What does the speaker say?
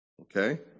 Okay